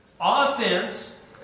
Offense